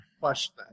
question